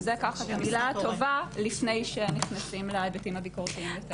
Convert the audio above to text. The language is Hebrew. וזה מילה טובה לפני שנכנסים להיבטים הביקורתיים יותר.